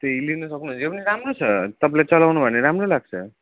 त्यही लिन सक्नुहुन्छ यो पनि राम्रो छ तपाईँले चलाउनु भयो भने राम्रो लाग्छ